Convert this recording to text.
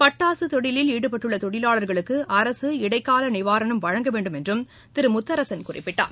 பட்டாசு தொழிலில் ஈடுபட்டுள்ள தொழிலாளர்களுக்கு அரசு இடைக்கால நிவாரணம் வழங்க வேண்டும் என்றும் அவர் குறிப்பிட்டார்